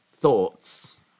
thoughts